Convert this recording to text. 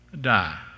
die